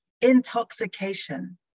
intoxication